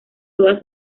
todas